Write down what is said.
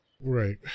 Right